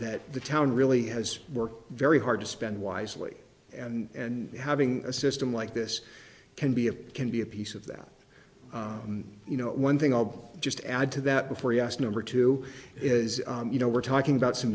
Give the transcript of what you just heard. that the town really has worked very hard to spend wisely and having a system like this can be of can be a piece of that you know one thing i'll just add to that before yes number two is you know we're talking about some